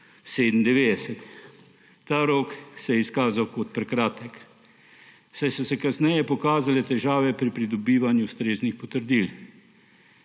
1997. Ta rok se je izkazal za prekratek, saj so se kasneje pokazale težave pri pridobivanju ustreznih potrdil.